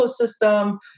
ecosystem